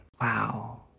wow